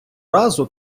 разу